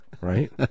right